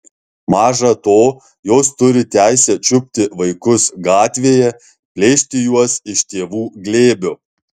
maža to jos turi teisę čiupti vaikus gatvėje plėšti juos iš tėvų glėbio